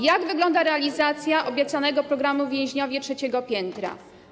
Jak wygląda realizacja obiecanego programu: więźniowie trzeciego piętra?